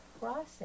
process